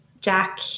Jack